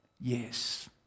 yes